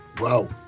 Wow